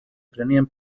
prenien